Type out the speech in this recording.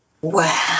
Wow